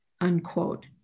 unquote